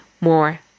more